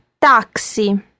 taxi